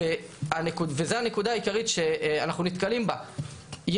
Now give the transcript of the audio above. זו הנקודה העיקרית שאנחנו נתקלים בה,